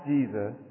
Jesus